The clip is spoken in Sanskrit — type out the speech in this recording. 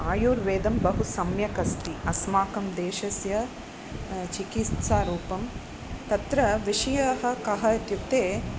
आयुर्वेदं बहु सम्यक् अस्ति अस्माकं देशस्य चिकित्सारूपं तत्र विषयः कः इत्युक्ते